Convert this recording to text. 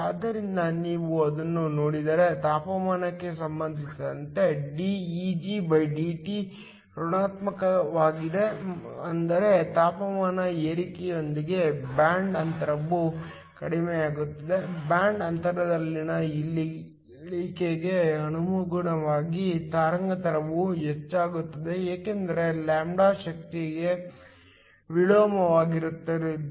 ಆದ್ದರಿಂದ ನೀವು ಅದನ್ನು ನೋಡಿದರೆ ತಾಪಮಾನಕ್ಕೆ ಸಂಬಂಧಿಸಿದಂತೆ d EgdT ಋಣಾತ್ಮಕವಾಗಿದೆ ಅಂದರೆ ತಾಪಮಾನ ಏರಿಕೆಯೊಂದಿಗೆ ಬ್ಯಾಂಡ್ ಅಂತರವು ಕಡಿಮೆಯಾಗುತ್ತದೆ ಬ್ಯಾಂಡ್ ಅಂತರದಲ್ಲಿನ ಇಳಿಕೆಗೆ ಅನುಗುಣವಾಗಿ ತರಂಗಾಂತರವು ಹೆಚ್ಚಾಗುತ್ತದೆ ಏಕೆಂದರೆ λ ಶಕ್ತಿಗೆ ವಿಲೋಮಾನುಪಾತದಲ್ಲಿರುತ್ತದೆ